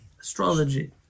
Astrology